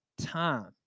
time